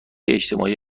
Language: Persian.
اجتماعی